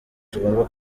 tugomba